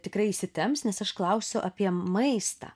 tikrai įsitemps nes aš klausiu apie maistą